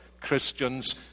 Christians